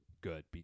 good